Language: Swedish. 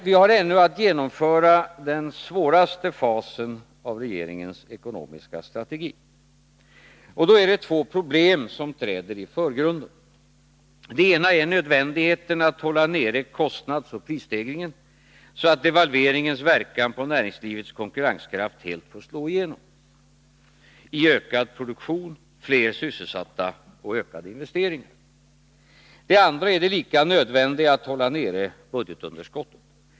Vi har ännu att genomföra den svåraste fasen i regeringens ekonomiska strategi. Då är det två problem som här träder i förgrunden. Det ena är nödvändigheten att hålla nere kostnadsoch prisstegringen, så att devalveringens verkan på näringslivets konkurrenskraft helt får slå igenom i ökad produktion, fler sysselsatta och ökade investeringar. Det andra är det lika nödvändiga att hålla nere budgetunderskottet.